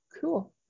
Cool